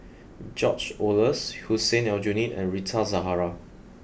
George Oehlers Hussein Aljunied and Rita Zahara